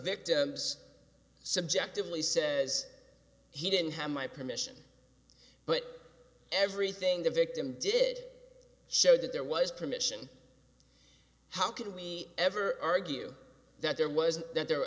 victim's subjectively says he didn't have my permission but everything the victim did show that there was permission how could we ever argue that there wasn't that there